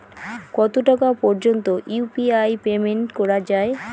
কত টাকা পর্যন্ত ইউ.পি.আই পেমেন্ট করা যায়?